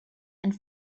and